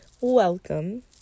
welcome